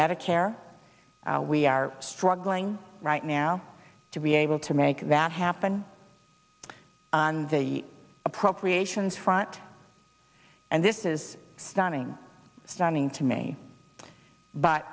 medicare we are struggling right now to be able to make that happen on the appropriations front and this is stunning stunning to me but